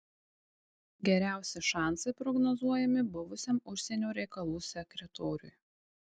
geriausi šansai prognozuojami buvusiam užsienio reikalų sekretoriui